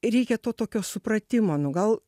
reikia to tokio supratimo nu gal